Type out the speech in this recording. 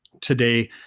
today